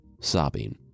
sobbing